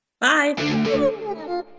Bye